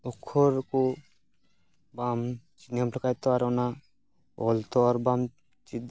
ᱚᱠᱷᱚᱨ ᱠᱚ ᱵᱟᱢ ᱪᱤᱱᱦᱟᱹᱯ ᱞᱮᱠᱷᱟᱡ ᱛᱳ ᱚᱱᱟ ᱚᱞ ᱛᱳ ᱟᱨ ᱵᱟᱢ ᱪᱤᱫ